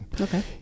Okay